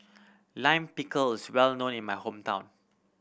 Lime Pickle is well known in my hometown